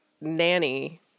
nanny